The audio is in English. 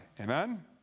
Amen